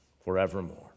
forevermore